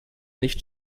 nicht